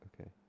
Okay